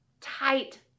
tight